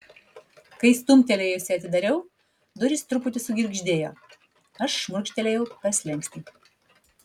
kai stumtelėjusi atidariau durys truputį sugirgždėjo aš šmurkštelėjau per slenkstį